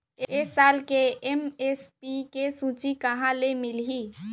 ए साल के एम.एस.पी के सूची कहाँ ले मिलही?